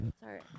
Sorry